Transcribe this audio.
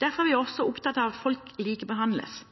Derfor er vi også opptatt av at folk likebehandles,